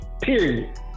Period